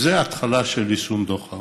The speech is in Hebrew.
זאת ההתחלה של יישום דוח העוני.